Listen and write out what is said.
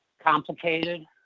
Complicated